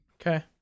Okay